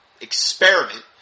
experiment